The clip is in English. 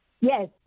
Yes